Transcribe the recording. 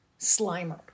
Slimer